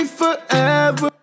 forever